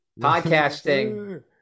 Podcasting